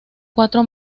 cuatro